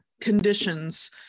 conditions